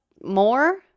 more